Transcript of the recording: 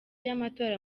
y’amatora